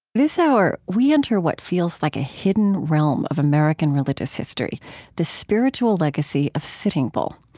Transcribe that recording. this hour, we enter what feels like a hidden realm of american religious history the spiritual legacy of sitting bull.